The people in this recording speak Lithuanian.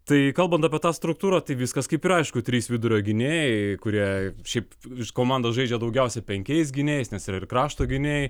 tai kalbant apie tą struktūrą tai viskas kaip ir aišku trys vidurio gynėjai kurie šiaip iš komandos žaidžia daugiausiai penkiais gynėjais nes yra ir krašto gynėjai